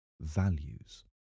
values